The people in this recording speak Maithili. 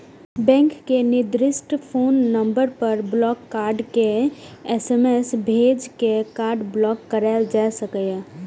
बैंक के निर्दिष्ट फोन नंबर पर ब्लॉक कार्ड के एस.एम.एस भेज के कार्ड ब्लॉक कराएल जा सकैए